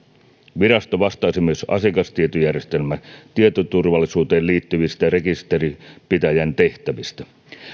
virasto vastaisi myös asiakastietojärjestelmän tietoturvallisuuteen liittyvistä rekisterinpitäjän tehtävistä